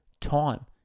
Time